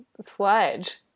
sludge